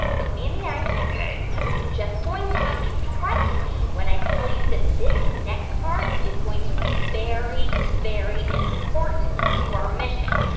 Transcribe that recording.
look me in the eye ok now, you're just going to have to trust me when i tell you that this next part is going to be very, very important to our mission.